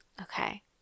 Okay